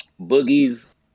Boogie's